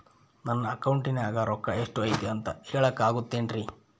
ನನ್ನ ಅಕೌಂಟಿನ್ಯಾಗ ರೊಕ್ಕ ಎಷ್ಟು ಐತಿ ಅಂತ ಹೇಳಕ ಆಗುತ್ತೆನ್ರಿ?